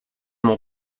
mon